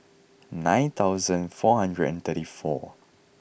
nine thousand four hundred and thirty four